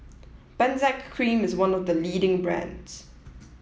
Benzac Cream is one of the leading brands